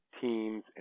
teams